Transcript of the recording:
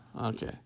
Okay